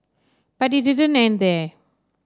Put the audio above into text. but it didn't end there